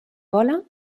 vola